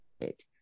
Right